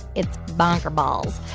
it's bonkerballs.